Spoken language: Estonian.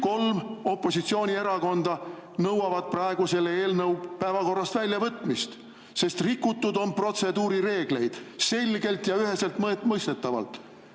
kolm opositsioonierakonda nõuavad praegu selle eelnõu päevakorrast väljavõtmist, sest rikutud on protseduurireegleid – selgelt ja üheselt mõistetavalt.